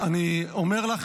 אני אומר לך,